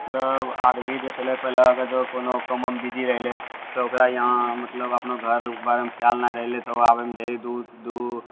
मतलब आदमी जे छलै पहिले अगर जँ कोनो काममे बिजी रहलै तऽ ओकरा इहाँ मतलब अपनो घर बारेमे खिआल नहि रहलै तऽ आबैमे देरी दू दू